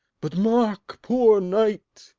but mark, poor knight,